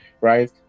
right